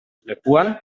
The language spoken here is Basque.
lekuan